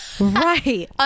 right